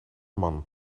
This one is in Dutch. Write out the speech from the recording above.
man